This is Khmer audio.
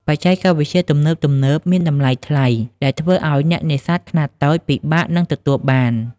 បច្ចេកវិទ្យាទំនើបៗមានតម្លៃថ្លៃ ដែលធ្វើឲ្យអ្នកនេសាទខ្នាតតូចពិបាកនឹងទទួលបាន។